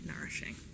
nourishing